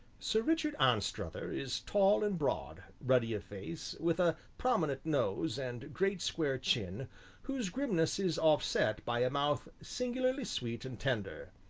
sir richard anstruther is tall and broad, ruddy of face, with a prominent nose and great square chin whose grimness is offset by a mouth singularly sweet and tender,